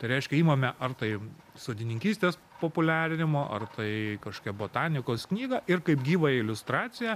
tai reiškia imame ar tai sodininkystės populiarinimo ar tai kažkokią botanikos knygą ir kaip gyvąją iliustraciją